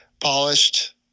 polished